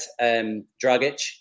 Dragic